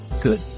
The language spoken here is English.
Good